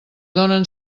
donen